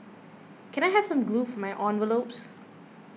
can I have some glue for my envelopes